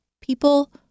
people